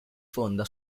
fonda